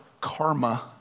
karma